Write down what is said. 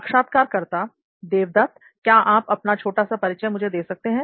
साक्षात्कारकर्ता देवदत्त क्या आप अपना छोटा सा परिचय मुझे दे सकते हैं